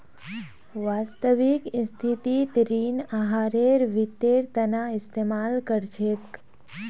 वास्तविक स्थितित ऋण आहारेर वित्तेर तना इस्तेमाल कर छेक